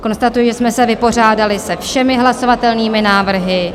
Konstatuji, že jsme se vypořádali se všemi hlasovatelnými návrhy.